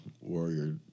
warrior